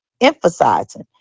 emphasizing